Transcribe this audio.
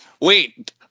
Wait